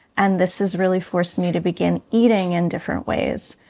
and this has really forced me to begin eating in different ways.